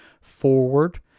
forward